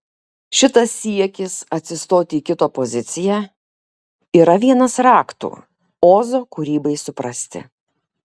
šitas siekis atsistoti į kito poziciją yra vienas raktų ozo kūrybai suprasti